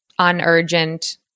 unurgent